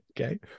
Okay